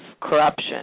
corruption